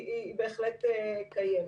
היא בהחלט קיימת.